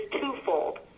twofold